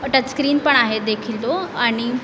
touchscreen पण आहे देखील तो आणि